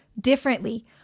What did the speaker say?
differently